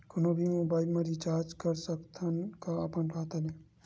कोनो भी मोबाइल मा रिचार्ज कर सकथव का अपन खाता ले?